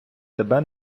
тебе